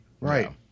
right